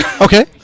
Okay